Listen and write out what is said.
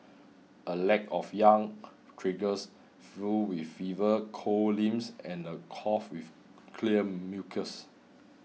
a lack of yang triggers flu with fever cold limbs and a cough with clear mucus